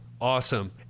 Awesome